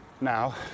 now